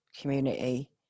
community